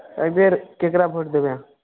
एहि बेर ककरा भोट देबै अहाँ